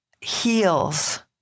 heals